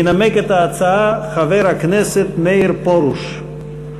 ינמק את ההצעה חבר הכנסת מאיר פרוש.